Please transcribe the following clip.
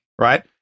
right